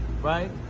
right